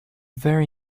very